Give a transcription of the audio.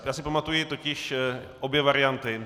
Já si pamatuji totiž obě varianty.